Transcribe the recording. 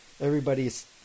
everybody's